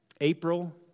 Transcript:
April